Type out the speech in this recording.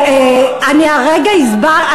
מי ישמור עלינו?